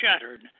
shattered